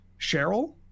Cheryl